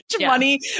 money